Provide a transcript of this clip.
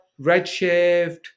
Redshift